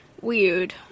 weird